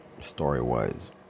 story-wise